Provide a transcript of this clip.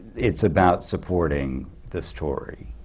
it's about supporting the story.